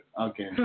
Okay